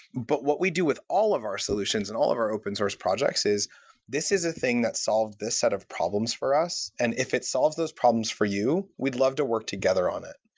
but what we do with all of our solutions and all of our open-source projects is this is a thing that solved this set of problems for us, and if it solves those problems for you, we'd love to work together on it.